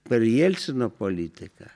per jelcino politiką